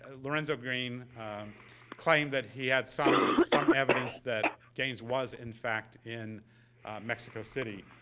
ah lorenzo greene claimed that he had some some evidence that gaines was, in fact, in mexico city.